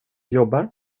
jobbar